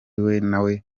nawe